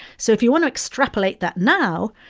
so if you want to extrapolate that now,